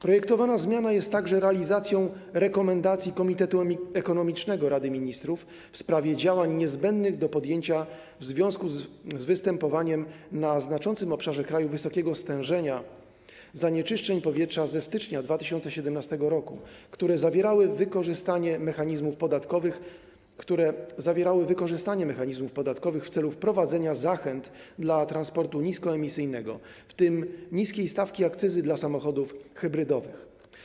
Projektowana zmiana jest także realizacją rekomendacji Komitetu Ekonomicznego Rady Ministrów w sprawie działań niezbędnych do podjęcia w związku z występowaniem na znaczącym obszarze kraju wysokiego stężenia zanieczyszczeń powietrza ze stycznia 2017 r., które zawierały wykorzystanie mechanizmów podatkowych w celu wprowadzenia zachęt dla transportu niskoemisyjnego, w tym niskiej stawki akcyzy dla samochodów hybrydowych.